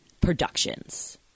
Productions